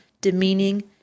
demeaning